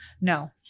No